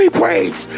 praise